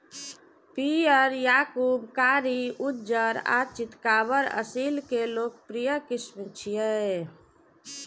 पीयर, याकूब, कारी, उज्जर आ चितकाबर असील के लोकप्रिय किस्म छियै